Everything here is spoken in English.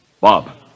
Bob